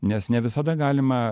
nes ne visada galima